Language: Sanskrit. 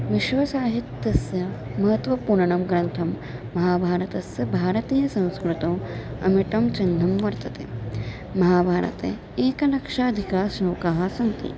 विश्वसाहित्यस्य महत्वपूर्णं ग्रन्थं महाभारतस्स भारतीयसंस्कृतौ अमितं चिह्नं वर्तते महाभारते एकलक्षाधिकाः श्लोकाः सन्ति